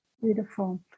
beautiful